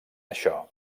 això